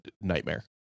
nightmare